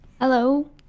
Hello